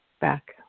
back